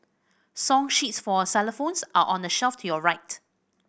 song sheets for xylophones are on the shelf your right